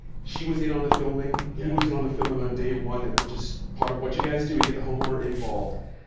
she was in on the filming. yeah he was in on the filming on day one, which is part of what you guys do, you get the homeowner involved.